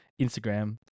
Instagram